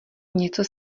něco